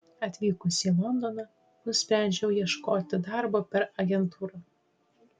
atvykusi į londoną nusprendžiau ieškoti darbo per agentūrą